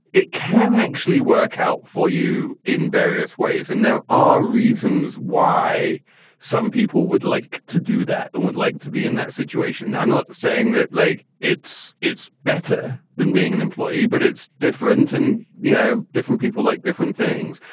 it can actually work out for you in various ways. and there are reasons why some people would like to do that and would like to be in that situation. i'm not saying that like it's it's better than being an employee, but it's different. and, you know, different people like different things.